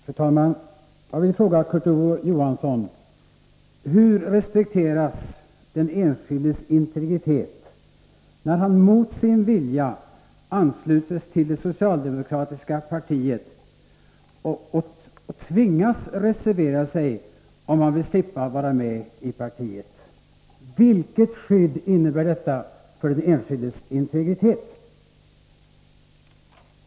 Fru talman! Jag vill fråga Kurt Ove Johansson: Hur respekteras den enskildes integritet, när han mot sin vilja ansluts till det socialdemokratiska partiet och tvingas reservera sig om han vill slippa vara med i partiet? Vilket skydd innebär detta för den enskildes integritet?